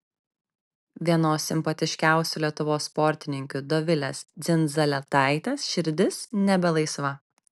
vienos simpatiškiausių lietuvos sportininkių dovilės dzindzaletaitės širdis nebe laisva